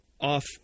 off